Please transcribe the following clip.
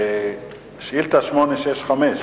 שאילתא מס' 865,